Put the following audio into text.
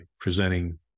presenting